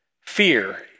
fear